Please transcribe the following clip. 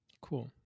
Cool